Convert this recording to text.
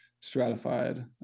stratified